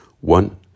One